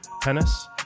tennis